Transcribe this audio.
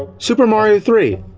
super mario three.